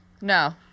No